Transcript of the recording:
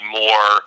more